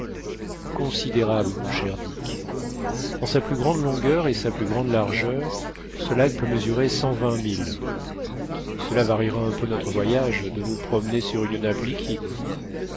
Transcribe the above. considérable mon cher dick dans sa plus grande longueur et sa plus grande largeur ce lac peut mesurer cent vingt milles cela variera un peu notre voyage de nous promener sur une nappe liquide